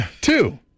Two